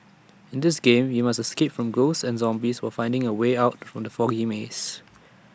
in this game you must escape from ghosts and zombies while finding A way out from the foggy maze